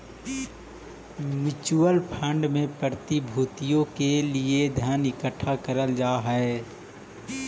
mutual fund में प्रतिभूतियों के लिए धन इकट्ठा करल जा हई